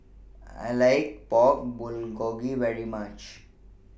I like Pork Bulgogi very much